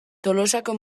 tolosako